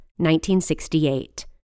1968